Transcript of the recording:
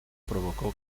provocó